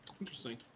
interesting